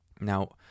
Now